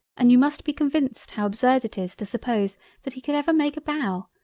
and you must be convinced how absurd it is to suppose that he could ever make a bow,